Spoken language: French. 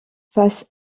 face